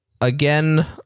Again